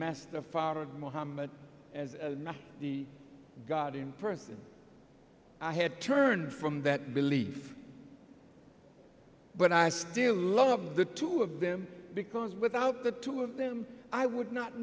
master mohammad as the god in person i had turned from that belief but i still love the two of them because without the two of them i would not